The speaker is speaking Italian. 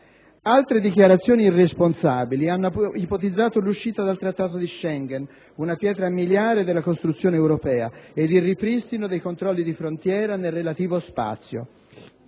Altre dichiarazioni irresponsabili hanno ipotizzato l'uscita dal Trattato di Schengen - una pietra miliare della costruzione europea - ed il ripristino dei controlli di frontiera nel relativo spazio.